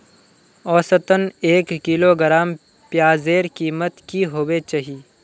औसतन एक किलोग्राम प्याजेर कीमत की होबे चही?